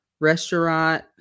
restaurant